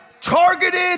targeted